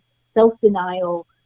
self-denial